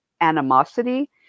animosity